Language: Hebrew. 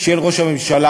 של ראש הממשלה.